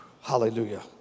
Hallelujah